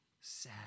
sad